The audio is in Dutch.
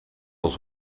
ons